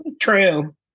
True